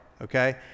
Okay